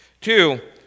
Two